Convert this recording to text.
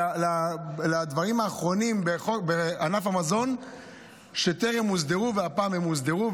לדברים האחרונים בענף המזון שטרם הוסדרו והפעם הוסדרו.